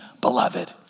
beloved